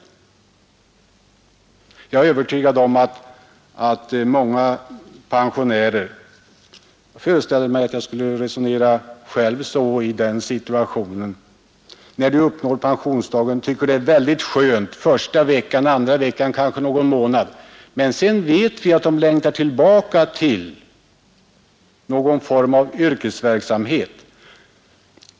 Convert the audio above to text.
Jag är övertygad om att många pensionärer — jag föreställer mig att jag själv skulle reagera så i den situationen — när de uppnår pensionsåldern tycker att det är väldigt skönt första veckan, andra veckan och kanske någon månad, men sedan vet vi att de längtar tillbaka till någon form av yrkesverksamhet.